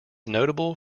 notable